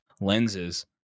lenses